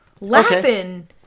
Laughing